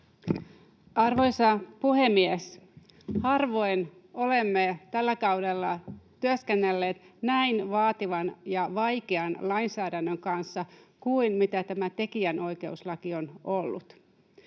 Arvoisa puhemies! Harvoin olemme tällä kaudella työskennelleet näin vaativan ja vaikean lainsäädännön kanssa kuin mitä tämä tekijänoikeuslaki on ollut.